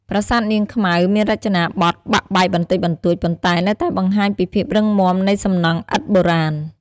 ប្រាសាទនាងខ្មៅមានរចនាបថបាក់បែកបន្តិចបន្តួច ប៉ុន្តែនៅតែបង្ហាញពីភាពរឹងមាំនៃសំណង់ឥដ្ឋបុរាណ។